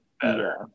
better